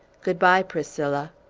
good-by, priscilla!